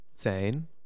Zane